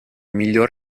miglior